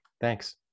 Thanks